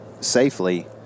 safely